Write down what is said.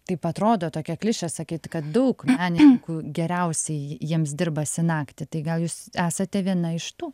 taip atrodo tokia klišė sakyt kad daug menininkų geriausiai j jiems dirbasi naktį tai gal jūs esate viena iš tų